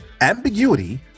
ambiguity